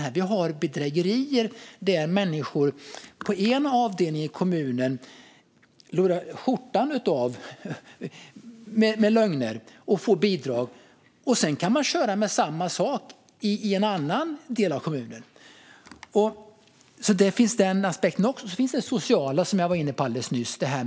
Man sa att man hade bedrägerier där människor i en del av kommunen lurar skjortan av kommunen och får bidrag genom lögner. Och sedan kan man köra med samma sak i en annan del av kommunen. Denna aspekt finns alltså också. Sedan finns den sociala aspekten, som jag var inne på alldeles nyss.